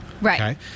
Right